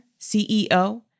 CEO